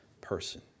person